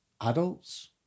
adults